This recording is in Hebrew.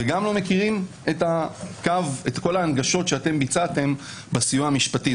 וגם לא מכירים את כל ההנגשות שאתם ביצעתם בסיוע המשפטי,